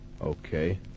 Okay